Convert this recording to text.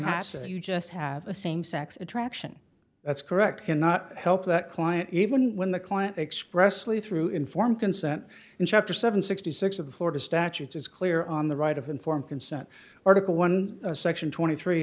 nasa you just have a same sex attraction that's correct cannot help that client even when the client expressly through informed consent in chapter seven hundred and sixty six of the florida statutes is clear on the right of informed consent article one section twenty three